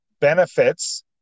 benefits